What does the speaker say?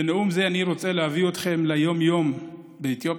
בנאום הזה אני רוצה להביא אתכם ליום-יום באתיופיה,